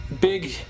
big